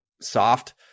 soft